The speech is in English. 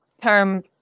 term